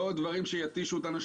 לא עוד דברים שיתישו אותנו.